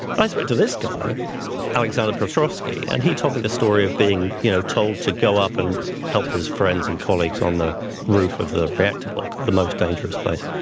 i spoke to this alexander petrovsky and he told me the story of being you know told to go up and help his friends and colleagues on the roof of the reactor block, the most dangerous place.